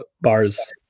bars